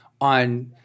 on